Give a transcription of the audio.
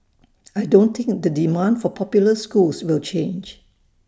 I don't think the demand for popular schools will change